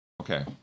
Okay